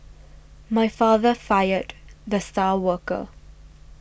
my father fired the star worker